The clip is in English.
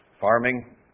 farming